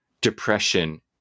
depression